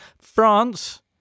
France